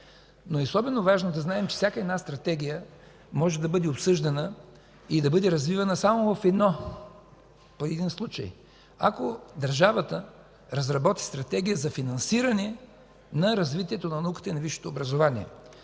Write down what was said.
но е особено важно да знаем, че всяка една стратегия може да бъде обсъждана и да бъде развивана само в един случай – ако държавата разработи стратегия за финансиране на развитието на науката и на висшето образование.